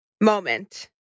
moment